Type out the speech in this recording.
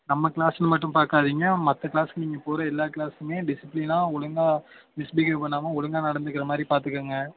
நம்ம க்ளாஸ்ன்னு மட்டும் பார்க்காதீங்க மற்ற க்ளாஸ்க்கும் நீங்கள் போகிற எல்லா க்ளாசுக்குமே டிசிப்பிலினாக ஒழுங்கா மிஸ்பிஹேவ் பண்ணாமல் ஒழுங்கா நடந்துக்கிறமாரி பார்த்துக்கங்க